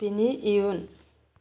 बिनि इयुन